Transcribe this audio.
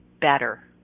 better